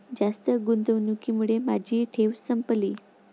जास्त गुंतवणुकीमुळे माझी ठेव संपली